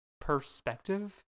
perspective